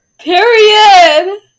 Period